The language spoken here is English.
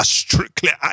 strictly